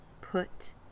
Put